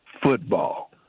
football